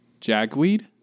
Jagweed